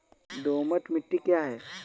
दोमट मिट्टी क्या है?